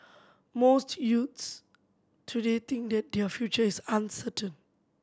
most youths today think that their future is uncertain